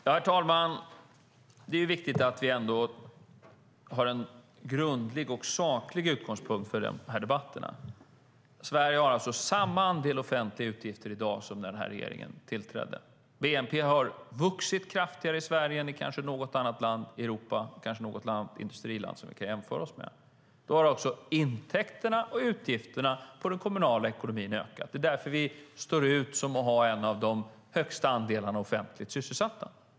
Herr talman! Det är viktigt att vi har en grundlig och saklig utgångspunkt för de här debatterna. Sverige har alltså samma andel offentliga utgifter i dag som när den här regeringen tillträdde. Bnp har vuxit kraftigare i Sverige än i kanske något annat land i Europa och kanske något annat industriland som vi kan jämföra oss med. Därför har också intäkterna och utgifterna i den kommunala ekonomin ökat. Det är därför vi står ut som ett land med en av de högsta andelarna offentligt sysselsatta.